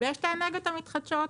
ויש את האנרגיות המתחדשות,